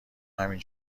همین